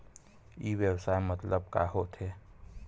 ई व्यवसाय मतलब का होथे?